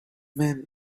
men